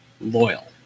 loyal